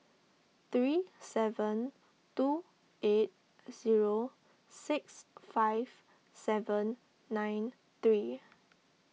three seven two eight zero six five seven nine three